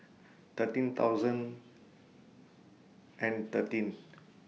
thirteen thousand and thirteen